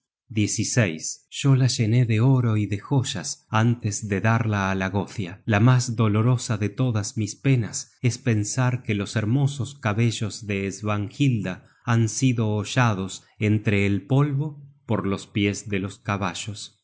sol yo la llené de oro y de joyas antes de darla á la gothia la mas dolorosa de todas mis penas es pensar que los hermosos cabellos de svanhilda han sido hollados entre el polvo por los pies de los caballos